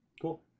Cool